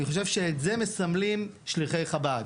אני חושב שאת זה מסמלים שליחי חב"ד.